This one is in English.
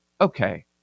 okay